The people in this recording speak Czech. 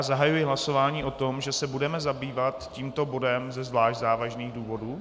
Zahajuji hlasování o tom, že se budeme zabývat tímto bodem ze zvlášť závažných důvodů.